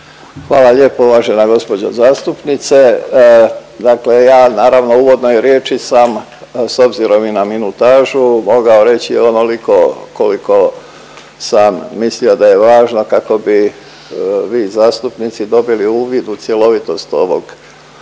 Hvala lijepo uvažena gđo. zastupnice, dakle ja naravno u uvodnoj riječi sam s obzirom i na minutažu mogao reći onoliko koliko sam mislio da je važno kako bi vi zastupnici dobili uvid u cjelovitost ovog